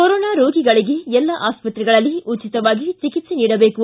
corona ರೋಗಿಗಳಿಗೆ ಎಲ್ಲ ಆಸ್ಪತ್ರೆಗಳಲ್ಲಿ ಉಚಿತವಾಗಿ ಚಿಕಿಕ್ಸೆ ನೀಡಬೇಕು